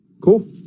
cool